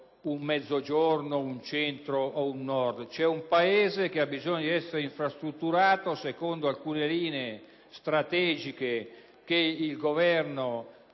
un Paese che ha bisogno di essere infrastrutturato secondo alcune linee strategiche che il Governo aveva